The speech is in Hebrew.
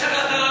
יש החלטה שלא